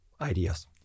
ideas